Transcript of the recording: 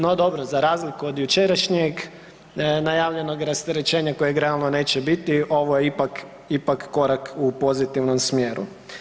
No dobro, za razliku od jučerašnjeg najavljenog rasterećenja kojeg realno neće biti ovo je ipak korak u pozitivnom smjeru.